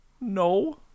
No